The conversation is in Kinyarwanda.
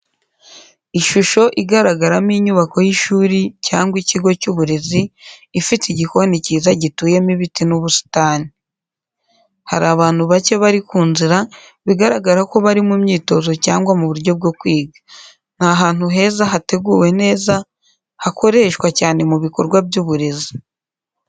Ishuso igaragaramo inyubako y'ishuri cyangwa ikigo cy'uburezi, ifite igikoni cyiza gituyemo ibiti n'ubusitani. Hari abantu bake bari ku nzira, bigaragara ko bari mu myitozo cyangwa mu buryo bwo kwiga. Ni ahantu heza hateguwe neza, hakoreshwa cyane mu bikorwa by'uburezi.